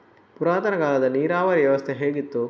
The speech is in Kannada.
ಪುರಾತನ ಕಾಲದಲ್ಲಿ ನೀರಾವರಿ ವ್ಯವಸ್ಥೆ ಹೇಗಿತ್ತು?